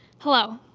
hello,